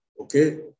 okay